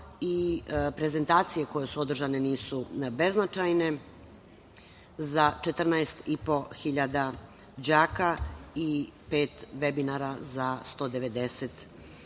i prezentacije koje su održane nisu beznačajne za 14.500 đaka i pet vebinara za 190